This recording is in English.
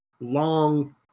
long